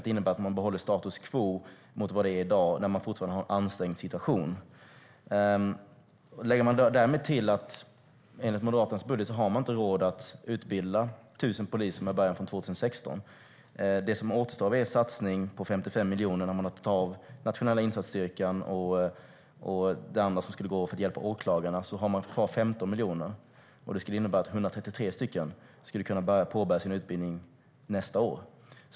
Det innebär att man behåller status quo gentemot i dag och fortfarande har en ansträngd situation. Enligt Moderaternas budget har man inte råd att utbilda 1 000 poliser med början 2016. Det som återstår av satsningen på 55 miljoner är 15 miljoner när vi drar av för nationella insatsstyrkan och det andra som ska gå till att hjälpa åklagarna. Det innebär att 133 stycken skulle kunna påbörja sin utbildning nästa år.